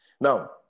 Now